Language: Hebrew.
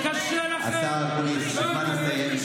השר אקוניס, השר, הזמן הסתיים.